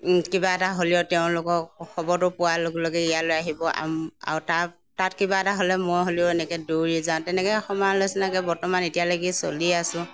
কিবা এটা হ'লেও তেওঁলোকক খবৰটো পোৱাৰ লগে লগে ইয়ালৈ আহিব আৰু তাত তাত কিবা এটা হ'লে মই হ'লেও এনেকৈ দৌৰি যাওঁ তেনেকৈ সমালোচনাকে বৰ্তমান এতিয়ালৈকে চলি আছোঁ